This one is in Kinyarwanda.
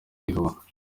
igihuha